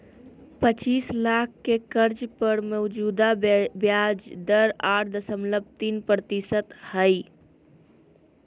पचीस लाख के कर्ज पर मौजूदा ब्याज दर आठ दशमलब तीन प्रतिशत हइ